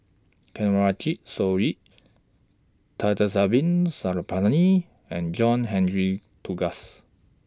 Kanwaljit Soin Thamizhavel Sarangapani and John Henry Duclos